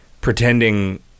pretending